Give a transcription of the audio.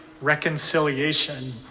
reconciliation